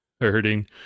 hurting